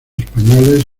españoles